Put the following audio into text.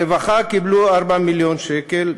הרווחה קיבלו 4 מיליון שקל,